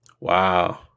wow